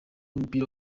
w’umupira